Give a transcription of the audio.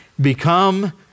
become